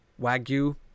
Wagyu